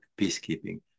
peacekeeping